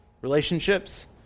Relationships